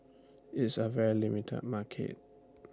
it's A very limited market